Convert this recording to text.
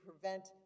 prevent